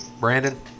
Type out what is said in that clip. Brandon